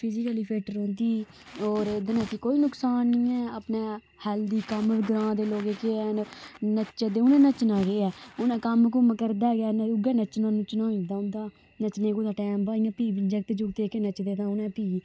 physically fit रौंह्दी और एह्दे नै इस्सी कोई नुकसान निं है अपने हैल्दी कम्म ग्रां दे लोग जेह्के हैन नच्चादे उ'नें नच्चना केह् ऐ उ'नें कम्म कुम्म करदे गै उ'ऐ नच्चना नुच्चना होई जंदा उं'दा नच्चने गी कुदै टैम बो इ'यां भी बी जागत जुगत जेह्के नच्चदे ते उ'नें भी